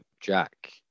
Jack